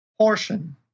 portion